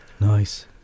Nice